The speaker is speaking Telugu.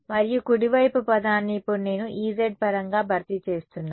మరియు కుడి వైపు పదాన్ని ఇప్పుడు నేను Ez పరంగా భర్తీ చేస్తున్నాను